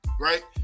right